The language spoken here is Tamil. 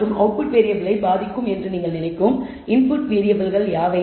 மற்றும் அவுட்புட் வேறியபிளை பாதிக்கும் என்று நீங்கள் நினைக்கும் இன்புட் வேறியபிள்கள் யாவை